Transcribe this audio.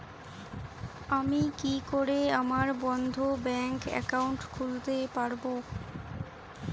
আমি কি করে আমার বন্ধ ব্যাংক একাউন্ট খুলতে পারবো?